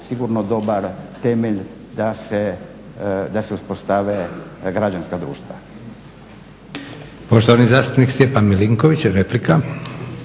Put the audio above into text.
sigurno dobar temelj da se uspostave građanska društva.